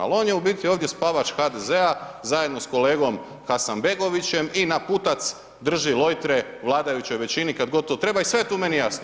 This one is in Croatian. Ali on je u biti ovdje spavač HDZ-a zajedno sa kolegom Hasanbegovićem i naputac drži lojtre vladajućoj većini kada god to treba i sve je tu meni jasno.